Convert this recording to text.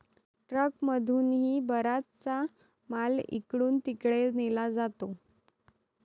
ट्रकमधूनही बराचसा माल इकडून तिकडे नेला जातो